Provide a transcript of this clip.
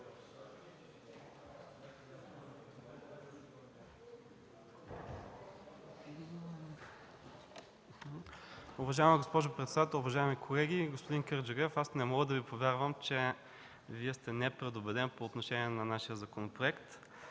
Уважаема госпожо председател, уважаеми колеги! Господин Кърджалиев, аз не мога да Ви повярвам, че Вие сте непредубеден по отношение на нашия законопроект.